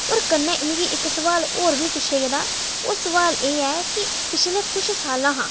होर कन्नै मिकी इक सोआल होर बी पुछेआ गेदा ओह् सोआल एह् ऐ कि पिछले कुश सालां हां